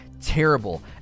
terrible